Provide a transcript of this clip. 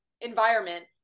environment